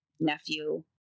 nephew